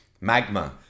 Magma